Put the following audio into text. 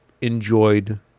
enjoyed